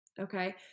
okay